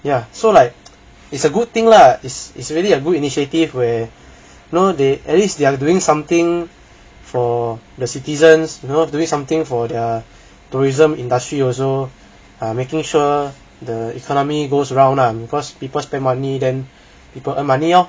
ya so like it's a good thing lah is is really a good initiative where no they at least the other doing something for the citizens know of doing something for the tourism industry also ah making sure the economy goes around and because people spend money then people earn money lor